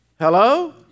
Hello